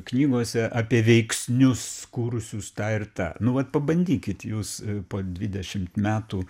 knygose apie veiksnius kūrusius tą ir tą nu vat pabandykit jūs po dvidešimt metų